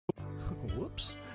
Whoops